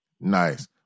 Nice